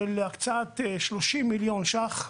של הקצאת 30 מיליון שקלים,